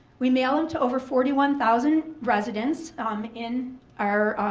we mail them to over forty one thousand residents in our